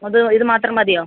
അതോ ഇത് മാത്രം മതിയോ